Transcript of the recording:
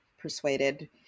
persuaded